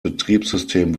betriebssystem